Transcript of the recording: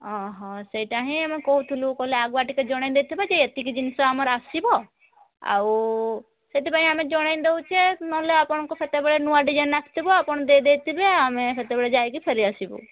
ଓହୋ ସେଇଟା ହିଁ ଆମେ କହୁଥିଲୁ କହିଲେ ସେ ଆଗୁଆ ଟିକିଏ ଜଣେଇ ଦେଇଥିବେ ଯେ ଏତିକି ଜିନିଷ ଆମର ଆସିବ ଆଉ ସେଥିପାଇଁ ଆମେ ଜଣେଇ ଦେଉଛୁ ଯେ ନହେଲେ ଆପଣଙ୍କ ନୂଆ ଡିଜାଇନ ଆସିଥିବ ଆପଣ ଦେଇ ଦେଇଥିବେ ଆମେ ସେତବେଳେ ଯାଇକି ଫେରି ଆସିବୁ